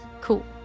Cool